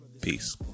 Peace